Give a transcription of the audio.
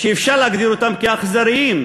שאפשר להגדיר אותם כאכזריים,